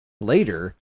later